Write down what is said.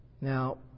Now